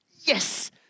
Yes